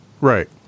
Right